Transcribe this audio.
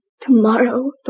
Tomorrow